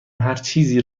هرچیزی